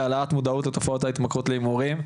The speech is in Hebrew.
להעלאת המודעות לתופעות ההתמכרות להימורים.